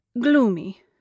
gloomy